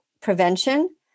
prevention